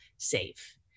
safe